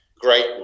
great